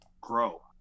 grow